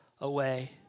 away